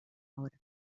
hora